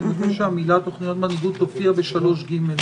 אני מבקש שהמילה "תוכניות מנהיגות" תופיע ב-(3)(ג).